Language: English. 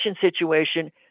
situation